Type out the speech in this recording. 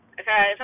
okay